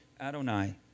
Adonai